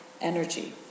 energy